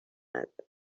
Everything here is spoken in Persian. اومد